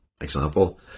example